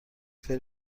فری